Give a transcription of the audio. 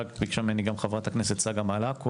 ביקשה ממני חברת הכנסת צגה מלקו,